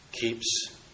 keeps